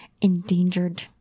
endangered